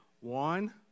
One